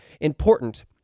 important